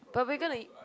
but we're gonna